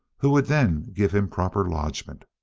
who would then give him proper lodgment.